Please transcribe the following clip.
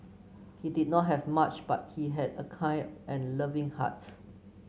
he did not have much but he had a kind and loving heart